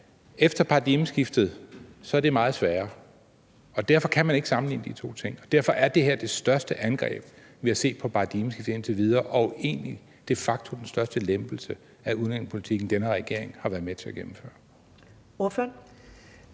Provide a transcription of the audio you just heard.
Efter paradigmeskiftet er det meget sværere, og derfor kan man ikke sammenligne de to ting, og derfor er det her det største angreb, vi har set på paradigmeskiftet indtil videre, og egentlig de facto den største lempelse af udlændingepolitikken, den her regering har været med til at gennemføre.